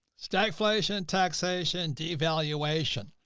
stagflation, taxation, devaluation.